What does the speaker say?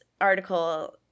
article